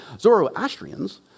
Zoroastrians